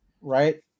right